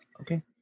Okay